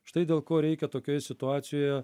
štai dėl ko reikia tokioj situacijoje